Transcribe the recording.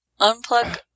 unplug